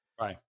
Right